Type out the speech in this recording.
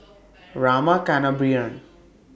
Rama Kannabiran